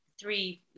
three